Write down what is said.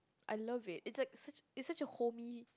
I love it it's like such it's such a homey